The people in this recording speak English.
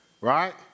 right